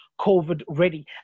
COVID-ready